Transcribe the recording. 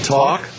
talk